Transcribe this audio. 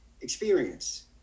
experience